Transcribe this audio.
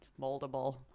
moldable